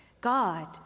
God